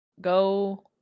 go